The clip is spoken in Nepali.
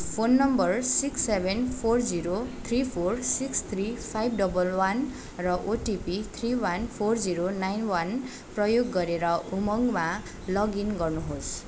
phone number six seven four zero three four six three five double one र OTP three one four zero nine one प्रयोग गरेर उमङ्गमा लगइन गर्नुहोस्